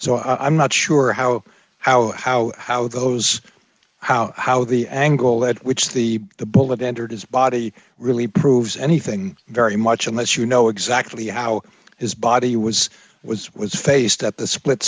so i'm not sure how how how how those how how the angle at which the the bullet entered his body really proves anything very much unless you know exactly how his body was was was faced at the split